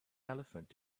elephant